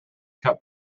cup